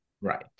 Right